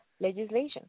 legislation